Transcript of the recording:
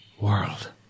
world